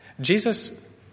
Jesus